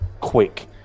quick